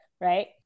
Right